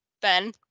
ben